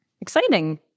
Exciting